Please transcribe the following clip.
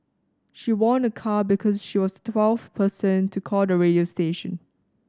she won a car because she was the twelfth person to call the radio station